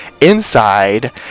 inside